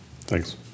Thanks